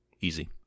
easy